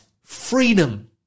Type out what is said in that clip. freedom